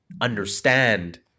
understand